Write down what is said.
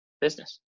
business